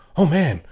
oh man,